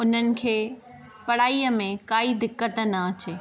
हुननि खे पढ़ाईअ में काई दिक़त अचे